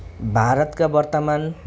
भारतका वर्तमान